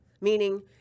meaning